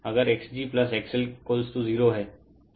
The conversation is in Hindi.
अगर xg XL0 हैं